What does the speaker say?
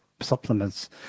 supplements